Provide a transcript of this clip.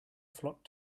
flock